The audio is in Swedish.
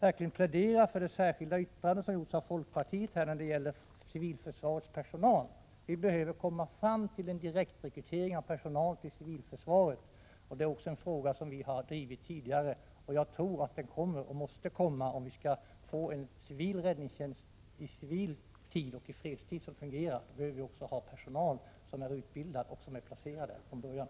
verkligen plädera för det särskilda yttrande som gjorts av folkpartiet när det gäller civilförsvarets personal. Vi behöver komma fram till en direktrekrytering av personal till civilförsvaret. Det är också en fråga som vi har drivit tidigare. Jag tror att det är någonting som kommer och som måste komma, om vi skall få en civil räddningstjänst som fungerar i fredstid. Då behöver vi också ha personal som är utbildad och som är placerad där från början.